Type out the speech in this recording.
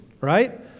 right